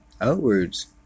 outwards